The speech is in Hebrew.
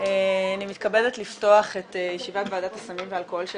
אני מתכבדת לפתוח את ישיבת ועדת הסמים והאלכוהול של